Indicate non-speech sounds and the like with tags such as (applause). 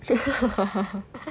(laughs)